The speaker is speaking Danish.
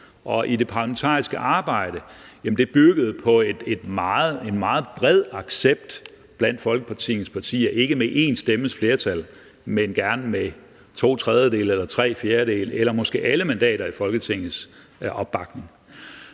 og i det parlamentariske arbejde, byggede på en meget bred accept blandt Folketingets partier – ikke med én stemmes flertal, men gerne med opbakning fra to tredjedele eller tre fjerdedele eller måske fra alle mandater i